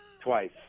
Twice